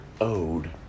owed